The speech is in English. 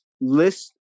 List